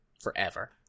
forever